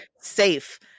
safe